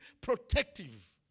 protective